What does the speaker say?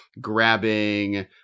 grabbing